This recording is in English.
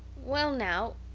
well now,